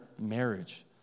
marriage